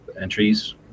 entries